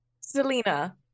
Selena